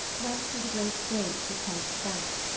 went through the great gate with heads bent.